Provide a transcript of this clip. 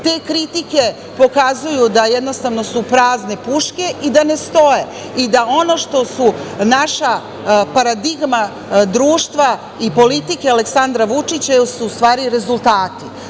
Te kritike pokazuju da jednostavno su prazne puške i da ne stoje i da ono što su naša paradigma društva i politike Aleksandra Vučića jesu u stvari rezultati.